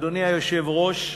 אדוני היושב-ראש,